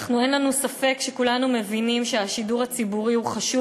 אין לנו ספק שכולנו מבינים שהשידור הציבורי הוא חשוב.